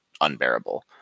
unbearable